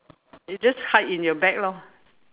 you just hide in your bag lor